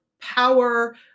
power